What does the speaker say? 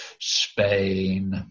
Spain